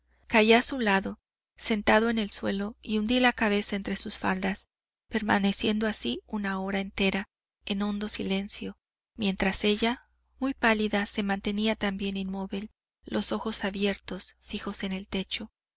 caí a su lado sentado en el suelo y hundí la cabeza entre sus faldas permaneciendo así una hora entera en hondo silencio mientras ella muy pálida se mantenía también inmóvil los ojos abiertos fijos en el techo